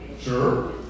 Sure